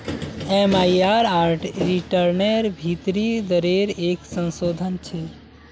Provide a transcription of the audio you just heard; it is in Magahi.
एम.आई.आर.आर रिटर्नेर भीतरी दरेर एक संशोधन छे